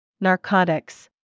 Narcotics